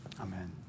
Amen